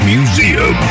Museum